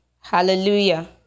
hallelujah